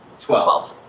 Twelve